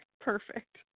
perfect